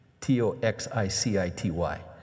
T-O-X-I-C-I-T-Y